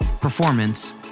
performance